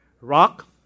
rock